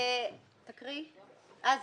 שיצר את כל הבעיות.